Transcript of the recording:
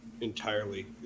Entirely